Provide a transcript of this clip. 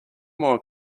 more